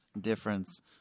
difference